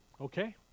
Okay